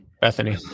Bethany